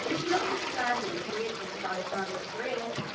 notwithstanding the briefness of alexander's career,